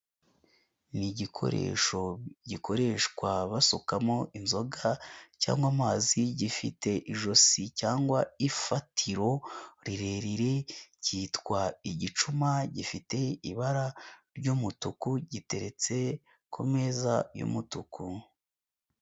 Ni igikoresho gikoreshwa basukamo inzoga cyangwa amazi, gifite ijosi cyangwa ifatiro rirerire, kitwa igicuma, gifite ibara ry'umutuku, giteretse ku meza y'umutuku.